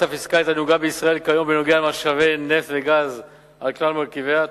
הפיסקלית הנהוגה בישראל כיום בנוגע למשאבי נפט וגז על כלל מרכיביה,